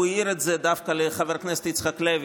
הוא העיר את זה דווקא לחבר הכנסת יצחק לוי,